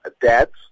debts